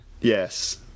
Yes